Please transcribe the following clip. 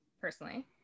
personally